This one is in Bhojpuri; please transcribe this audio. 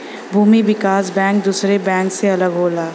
भूमि विकास बैंक दुसरे बैंक से अलग होला